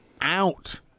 out